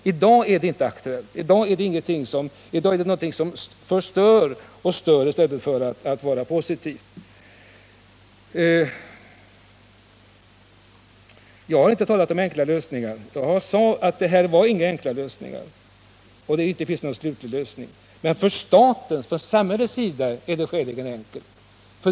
I dag är det inte aktuellt, och det stör och förstör snarare än det är positivt. Jag har inte talat om enkla lösningar utan sade att här fanns inga enkla lösningar. Men från statens och samhällets sida är det skäligen enkelt.